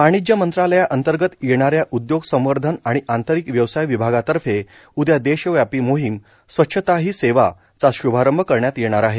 वाणिज्य मंत्रालयाअंतर्गत येणाऱ्या उद्योग संवर्धन आणि आंतरिक व्यवसाय विभागातर्फे उद्या देशव्यापी मोहिम स्वच्छता ही सेवा चा शुभारंभ करण्यात येणार आहे